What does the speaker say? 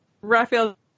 Raphael